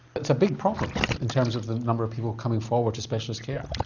it's a big problem in terms of the number of people coming forward to specialist care.